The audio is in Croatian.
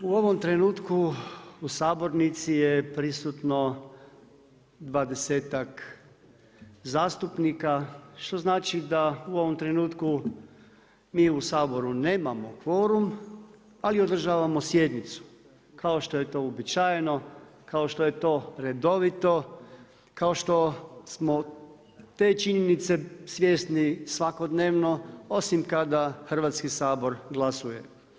U ovom trenutku u sabornici je prisutno dvadesetak zastupnika što znači da u ovom trenutku mi u Saboru nemamo kvorum, ali održavamo sjednicu kao što je to uobičajeno, kao što je to redovito, kao što smo te činjenice svjesni svakodnevno osim kada Hrvatski sabor glasuje.